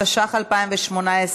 התשע"ח 2018,